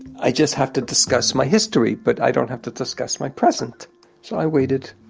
i just have to discuss my history but i don't have to discuss my present. so i waited